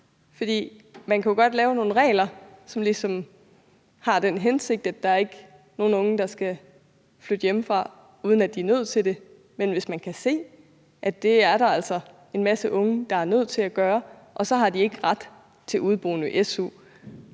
man kan jo godt lave nogle regler, som ligesom har den hensigt, at der ikke er nogen unge, der skal flytte hjemmefra, uden at de er nødt til det, men det er der altså en masse unge der er nødt til at gøre, og som ikke har ret til udeboende-su,